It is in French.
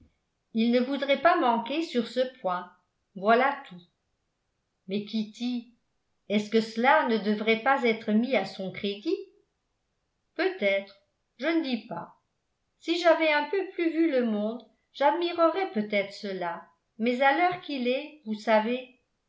il ne voudrait pas manquer sur ce point voilà tout mais kitty est-ce que cela ne devrait pas être mis à son crédit peut-être je ne dis pas si j'avais un peu plus vu le monde j'admirerais peut-être cela mais à l'heure qu'il est vous savez